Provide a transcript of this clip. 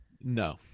No